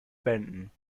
bänden